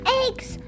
eggs